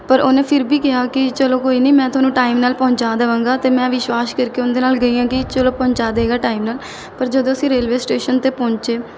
ਪਰ ਉਹਨੇ ਫਿਰ ਵੀ ਕਿਹਾ ਕਿ ਚਲੋ ਕੋਈ ਨਹੀਂ ਮੈਂ ਤੁਹਾਨੂੰ ਟਾਈਮ ਨਾਲ ਪਹੁੰਚਾ ਦੇਵਾਂਗਾ ਅਤੇ ਮੈਂ ਵਿਸ਼ਵਾਸ ਕਰਕੇ ਉਹਦੇ ਨਾਲ ਗਈ ਹਾਂ ਕਿ ਚਲੋ ਪਹੁੰਚਾ ਦੇਵੇਗਾ ਟਾਈਮ ਨਾਲ ਪਰ ਜਦੋਂ ਅਸੀਂ ਰੇਲਵੇ ਸਟੇਸ਼ਨ 'ਤੇ ਪਹੁੰਚੇ